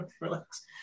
Relax